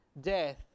Death